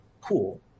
Cool